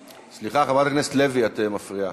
סליחה, חברת הכנסת לוי, את מפריעה.